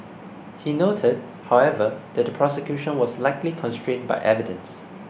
he noted however that the prosecution was likely constrained by evidence